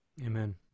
amen